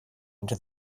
into